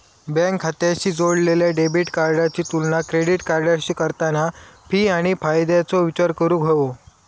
bank खात्याशी जोडलेल्या debit कार्डाची तुलना क्रेडिट कार्डाशी करताना फी आणि फायद्याचो विचार करूक हवो